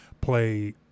play